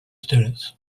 students